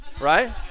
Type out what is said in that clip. right